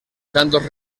cantos